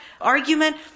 argument